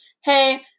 hey